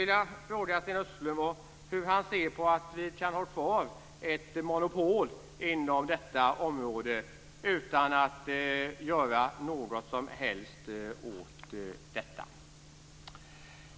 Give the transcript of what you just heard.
Hur ser Sten Östlund på detta med att vi kan ha kvar ett monopol på det här området utan att det över huvud taget görs något åt detta?